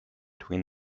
between